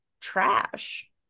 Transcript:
Trash